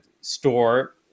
store